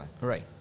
right